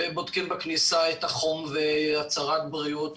ובודקים בכניסה את החום והצהרת בריאות,